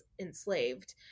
enslaved